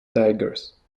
tigers